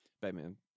Batman